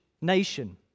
nation